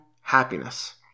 happiness